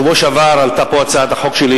בשבוע שעבר עלתה הצעת החוק שלי,